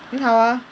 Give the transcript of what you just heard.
很好啊